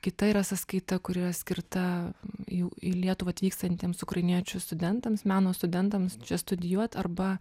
kita yra sąskaita kuri yra skirta jau į lietuvą atvykstantiems ukrainiečių studentams meno studentams čia studijuot arba